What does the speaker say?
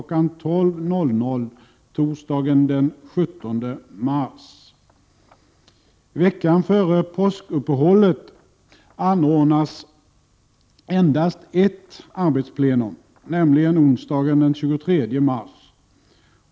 12.00 torsdagen den 17 mars. Veckan före påskuppehållet anordnas endast ett arbetsplenum, nämligen onsdagen den 23 mars.